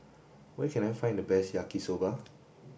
where can I find the best Yaki Soba